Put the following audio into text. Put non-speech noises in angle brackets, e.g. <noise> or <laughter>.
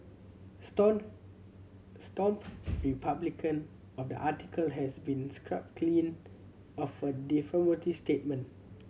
stone stomp republication of the article has been scrubbed clean of a <unintelligible> statement